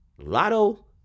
Lotto